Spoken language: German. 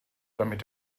damit